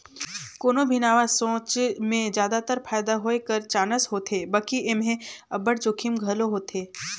कोनो भी नावा सोंच में जादातर फयदा होए कर चानस होथे बकि एम्हें अब्बड़ जोखिम घलो होथे